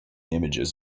images